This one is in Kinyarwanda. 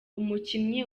umukinnyi